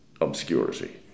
obscurity